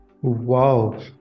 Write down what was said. Wow